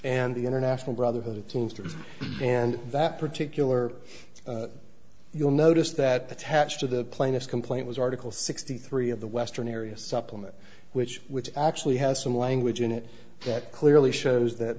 and the international brotherhood of teamsters and that particular you'll notice that attached to the plaintiffs complaint was article sixty three of the western area supplement which which actually has some language in it that clearly shows that